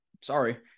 Sorry